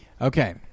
Okay